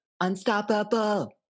Unstoppable